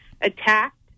attacked